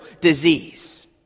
disease